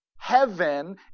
heaven